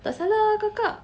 the seller got car